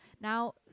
Now